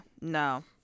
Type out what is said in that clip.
no